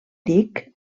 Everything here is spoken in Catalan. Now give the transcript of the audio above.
dic